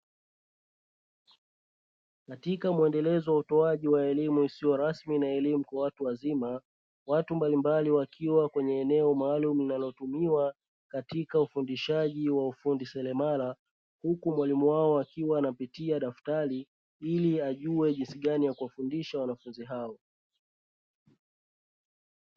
Katika muendelezo wa utoaji wa elimu isiyo rasmi na elimu kwa watu wazima, watu mbalimbali wakiwa kwenye eneo maalumu linalotumiwa katika ufundishaji wa ufundi seremala huku mwalimu wao akiwa anapitia daftari ili ajue jinsi gani ya kuwafundisha wanafunzi hao.